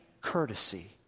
courtesy